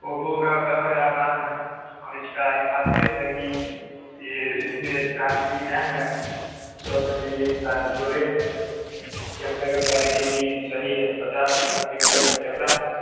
Oppo का दस हज़ार दम है और इसका ये खासियत है कि ये इसमें चार जी बी रेम है चौंसठ जी बी इसका स्टोरेज है कैमरे का क्वालिटी भी सही है पचास मेगापिक्सल का कैमरा है